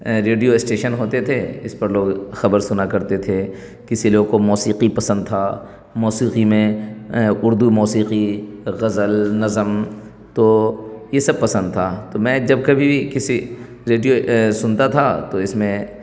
radio station ہوتے تھے اس پر لوگ خبر سنا کرتے تھے کسی لوگ کو موسیقی پسند تھا موسیقی میں اردو موسیقی غزل نظم تو یہ سب پسند تھا تو میں جب کبھی بھی کسی ریڈیو سنتا تھا تو اس میں